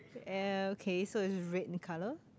uh okay so it's red in colour